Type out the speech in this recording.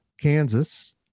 Kansas